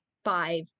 five